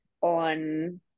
on